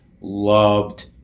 loved